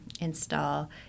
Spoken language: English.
install